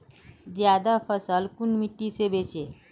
ज्यादा फसल कुन मिट्टी से बेचे?